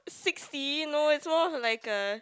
sixty no it's more to like a